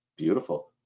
Beautiful